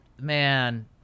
man